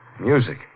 Music